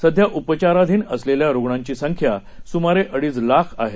सध्या उपचाराधीन असलेल्या रुग्णांची संख्या सुमारे अडीच लाख आहे